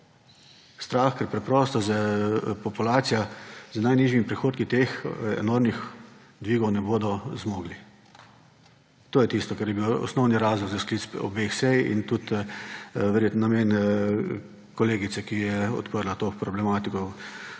Strah, ker preprosto populacija z najnižjimi prihodki teh enormnih dvigov ne bo zmogla. To je tisto, kar je bil osnovni razlog za sklic obeh sej in tudi verjetno namen kolegice, ki je odprla to problematiko,